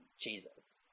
Jesus